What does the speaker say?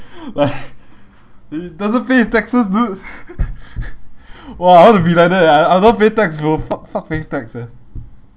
he doesn't pay his taxes dude !wah! I want to be like that eh I I don't want to pay tax bro fuck fuck paying tax eh